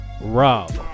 rob